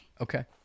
okay